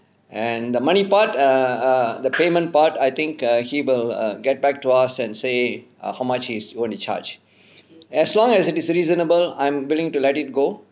and the money part err err err the payment part I think err he will err get back to us and say err how much he want to charge as long as it is reasonable I'm willing to let it go